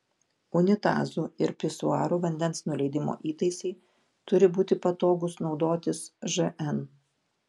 unitazų ir pisuarų vandens nuleidimo įtaisai turi būti patogūs naudotis žn